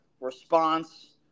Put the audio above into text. response